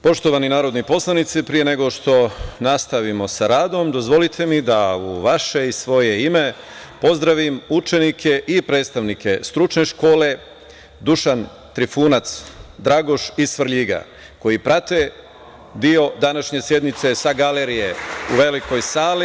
Poštovani narodni poslanici, pre nego što nastavimo sa radom, dozvolite mi da u vaše i svoje ime pozdravim učenike i predstavnike stručne škole „Dušan Trifunac Dragoš“ iz Svrljiga, koji prate deo današnje sednice sa galerije u Velikoj sali.